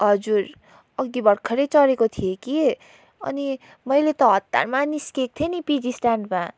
हजुर अघि भर्खरै चढेको थिएँ कि अनि मैले त हतारमा निस्केको थिएँ नि पिजी स्ट्यान्डमा